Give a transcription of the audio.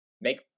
make